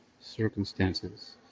circumstances